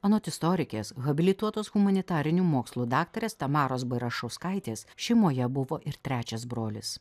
anot istorikės habilituotos humanitarinių mokslų daktarės tamaros bairašauskaitės šeimoje buvo ir trečias brolis